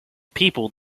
people